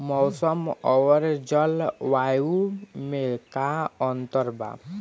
मौसम और जलवायु में का अंतर बा?